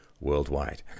worldwide